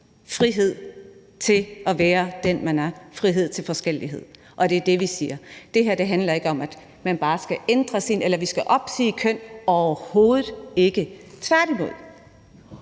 frihed til at være den, man er, frihed til forskellighed, og det er det, vi siger. Det her handler ikke om, at man bare skal ændre eller at vi skal opsige køn, overhovedet ikke. Tværtimod.